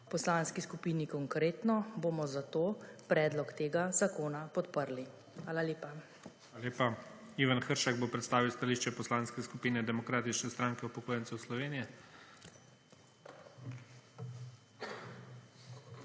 Poslanski skupini Konkretno bomo zato predlog tega zakona podprli. Hvala lepa. PREDSEDNIK IGOR ZORČIČ: Hvala lepa. Ivan Hršak bo predstavil stališče Poslanske skupine Demokratične stranke upokojencev Slovenije. IVAN HRŠAK